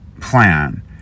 plan